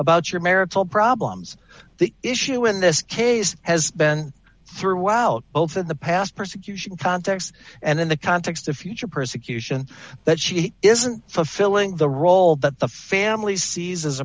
about your marital problems the issue in this case has been throughout both in the past persecution context and in the context of future persecution that she isn't fulfilling the role that the family sees